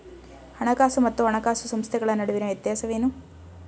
ಹಣಕಾಸು ಮತ್ತು ಹಣಕಾಸು ಸಂಸ್ಥೆಗಳ ನಡುವಿನ ವ್ಯತ್ಯಾಸವೇನು?